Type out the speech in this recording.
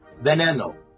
Veneno